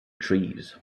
trees